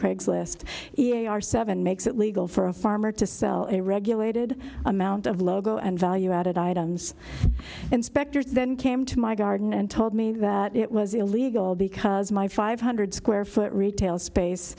craigslist e a r seven makes it legal for a farmer to sell a regulated amount of logo and value added items inspectors then came to my garden and told me that it was illegal because my five hundred square foot retail